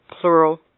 plural